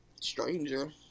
stranger